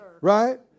Right